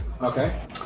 Okay